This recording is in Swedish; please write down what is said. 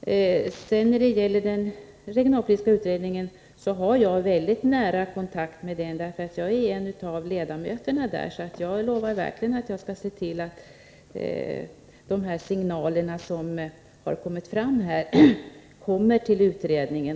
Jag är själv ledamot av den regionalpolitiska utredningen och har alltså mycket nära kontakt med den. Jag lovar verkligen att se till att de signaler som kommit fram här framförs till utredningen.